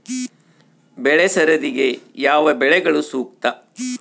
ಬೆಳೆ ಸರದಿಗೆ ಯಾವ ಬೆಳೆಗಳು ಸೂಕ್ತ?